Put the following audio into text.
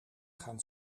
gaan